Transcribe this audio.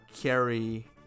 carry